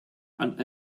and